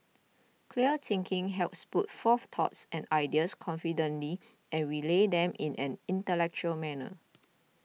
clear thinking helps put forth thoughts and ideas confidently and relay them in an intellectual manner